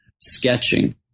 sketching